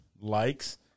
likes